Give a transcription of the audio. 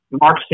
Mark